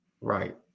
Right